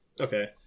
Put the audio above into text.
okay